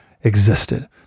existed